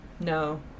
No